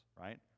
right